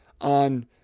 on